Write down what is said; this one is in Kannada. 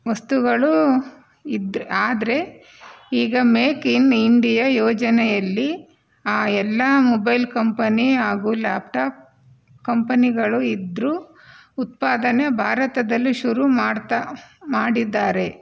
ವಸ್ತುಗಳು ಇದ್ರೆ ಆದರೆ ಈಗ ಮೇಕ್ ಇನ್ ಇಂಡಿಯ ಯೋಜನೆಯಲ್ಲಿ ಆ ಎಲ್ಲ ಮೊಬೈಲ್ ಕಂಪನಿ ಹಾಗು ಲ್ಯಾಪ್ಟಾಪ್ ಕಂಪನಿಗಳು ಇದ್ರೂ ಉತ್ಪಾದನೆ ಭಾರತದಲ್ಲಿ ಶುರು ಮಾಡ್ತಾ ಮಾಡಿದ್ದಾರೆ